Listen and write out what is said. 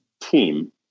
team